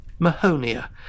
Mahonia